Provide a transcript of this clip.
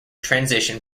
transition